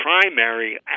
primary